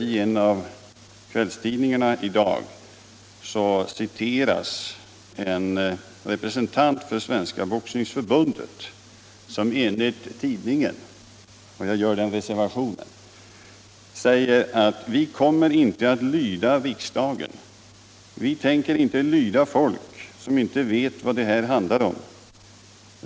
I en av kvällstidningarna i dag citeras en representant för Svenska boxningsförbundet, som enligt tidningen — jag gör den reservationen — säger: ”Vi kommer inte att lyda riksdagen. Vi tänker inte lyda folk, som inte vet vad det här handlar om.